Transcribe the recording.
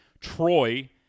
Troy